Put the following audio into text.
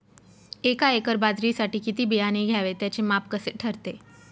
एका एकर बाजरीसाठी किती बियाणे घ्यावे? त्याचे माप कसे ठरते?